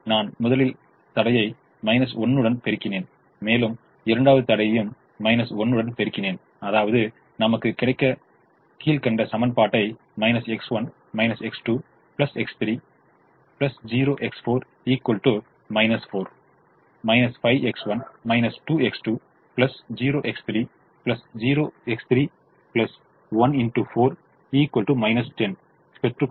நான் முதலில் தடையை 1 உடன் பெருக்கினேன் மேலும் இரண்டாவது தடையையும் 1 உடன் பெருக்கினேன் அதாவது நமக்கு கீழ்கண்ட சமன்பாடை X1 X2 X30X4 4 5X1 2X20X3 0X31X4 10 பெற்று கொள்ள